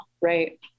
Right